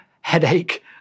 headache